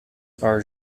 are